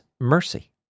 mercy